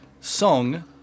song